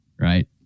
right